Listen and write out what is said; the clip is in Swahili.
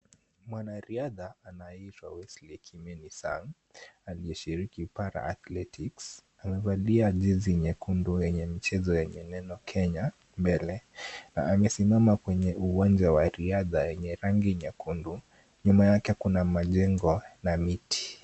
Mwanariadha anayeitwa Wesley Kimeli Sang aliyeshiriki para athletics amevalia jezi nyekundu yenye mchezo yenye neno Kenya mbele na amesimama kwenye uwanja wa riadha yenye rangi nyekundu, nyuma yake kuna majengo na miti.